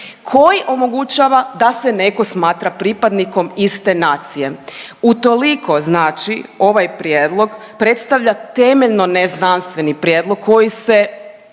koji omogućava da se neko smatra pripadnikom iste nacije. Utoliko znači ovaj prijedlog predstavlja temeljno neznanstveni prijedlog koji ste